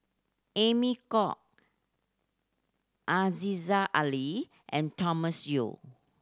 Amy Khor Aziza Ali and Thomas Yeo